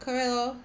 correct loh